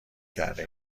کرده